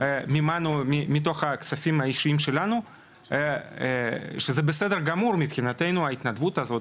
מימנו מהכספים האישיים שלנו שזה בסדר גמור מבחינתנו ההתנדבות הזו,